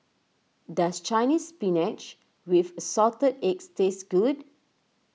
does Chinese Spinach with Assorted Eggs taste good